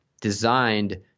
designed